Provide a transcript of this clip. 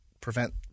prevent